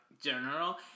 general